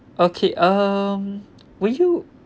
okay um would you